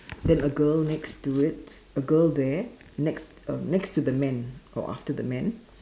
then a girl next to it a girl there next uh next to the man or after the man